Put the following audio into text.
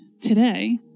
today